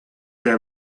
que